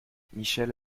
michèle